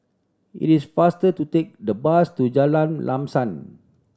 it is faster to take the bus to Jalan Lam Sam